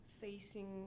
facing